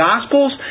gospels